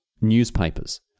newspapers